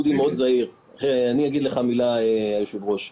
אודי מאוד זהיר, ואני אגיד מילה, היושב-ראש.